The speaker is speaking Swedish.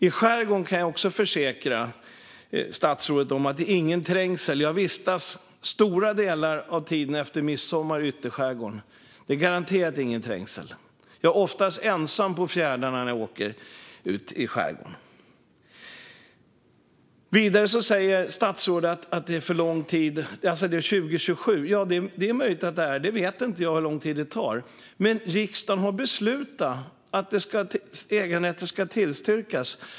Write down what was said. Jag kan också försäkra statsrådet om att det inte är någon trängsel i skärgården. Jag vistas stora delar av tiden efter midsommar i ytterskärgården. Det är garanterat ingen trängsel. Jag är oftast ensam på fjärdarna när jag åker ut i skärgården. Vidare säger statsrådet att det handlar om 2027. Jag vet inte hur lång tid det tar, men riksdagen har beslutat att äganderätten ska stärkas.